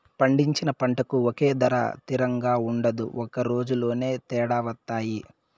పండించిన పంటకు ఒకే ధర తిరంగా ఉండదు ఒక రోజులోనే తేడా వత్తాయి